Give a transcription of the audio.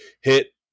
hit